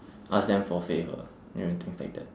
ask them for favour you know things like that